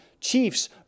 Chiefs